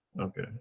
Okay